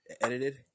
edited